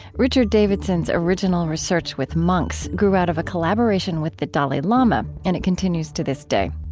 richard davidson's original research with monks grew out of a collaboration with the dalai lama, and it continues to this day.